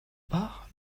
part